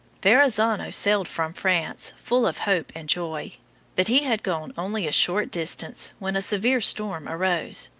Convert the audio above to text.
verrazzano sailed from france full of hope and joy but he had gone only a short distance when a severe storm arose,